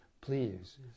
please